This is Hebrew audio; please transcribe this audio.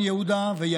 מה אני אגיד לכם,